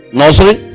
nursery